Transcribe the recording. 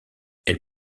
elle